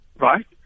right